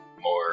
more